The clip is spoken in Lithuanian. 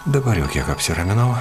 dabar jau kiek apsiraminau